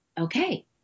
okay